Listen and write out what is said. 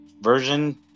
version